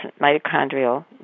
mitochondrial